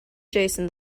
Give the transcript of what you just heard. jason